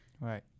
Right